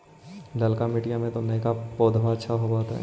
ललका मिटीया मे तो नयका पौधबा अच्छा होबत?